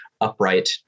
upright